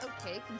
Okay